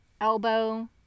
elbow